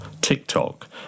tiktok